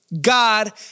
God